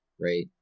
right